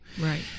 right